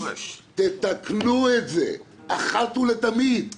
תתקנו את זה אחת ולתמיד.